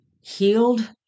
healed